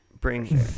Bring